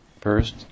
first